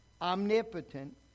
omnipotent